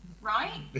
right